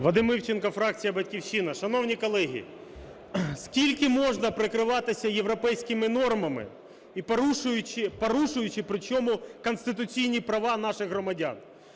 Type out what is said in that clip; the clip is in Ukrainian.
Вадим Івченко, фракція "Батьківщина". Шановні колеги! Скільки можна прикриватися європейськими нормами, і, порушуючи, при чому конституційні права наших громадян.